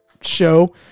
Show